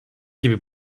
gibi